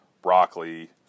Broccoli